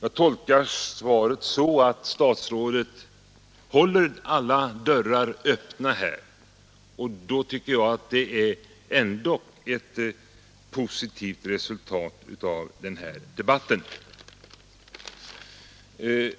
Jag tolkar svaret så att statsrådet håller alla dörrar öppna, och då tycker jag att resultatet av denna debatt ändå har blivit positivt.